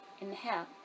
inhale